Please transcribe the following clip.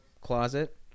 closet